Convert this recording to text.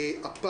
צוהריים טובים,